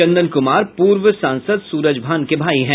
चंदन कुमार पूर्व सांसद सूरजभान के भाई हैं